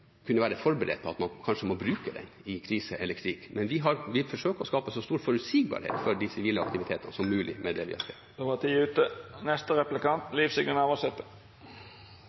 krise eller krig. Men vi forsøker å skape så stor forutsigbarhet for de sivile aktivitetene som mulig med det vi gjør. Då er tida ute.